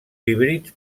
híbrids